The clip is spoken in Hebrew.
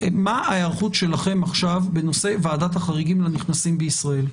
מה ההיערכות שלכם עכשיו בנושא ועדת החריגים לנכנסים לישראל,